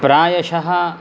प्रायशः